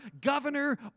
governor